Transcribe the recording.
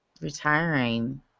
retiring